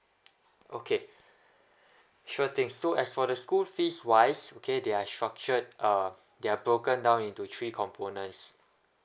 okay sure thing so as for the school fees wise okay they're structured uh they're broken down into three components